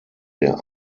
der